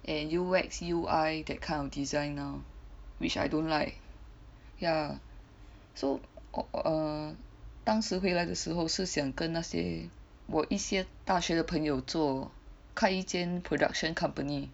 and U_X U_I that kind of design lor which I don't like ya so err 当时回来的时候是想跟那些有一些大学的朋友做开一间 production company